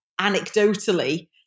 anecdotally